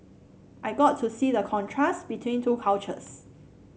I got to see the contrast between two cultures